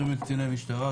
קציני משטרה,